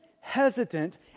hesitant